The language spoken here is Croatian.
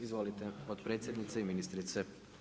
Izvolite potpredsjednice i ministrice.